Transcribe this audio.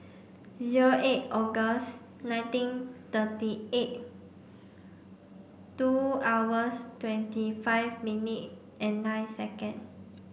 zero eight August nineteen thirty eight two hours twenty five minute and nine second